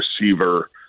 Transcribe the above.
receiver